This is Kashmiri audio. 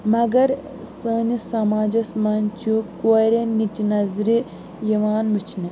مگر سٲنِس سماجس منٛز چھُ کورٮ۪ن نِچہِ نَظرِ یِوان وٕچھنہٕ